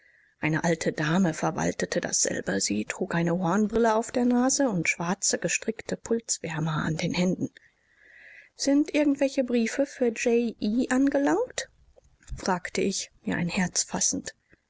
eine alte dame verwaltete dasselbe sie trug eine hornbrille auf der nase und schwarze gestrickte pulswärmer an den händen sind irgend welche briefe für j e angelangt fragte ich mir ein herz fassend